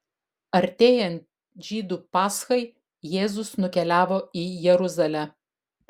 artėjant žydų paschai jėzus nukeliavo į jeruzalę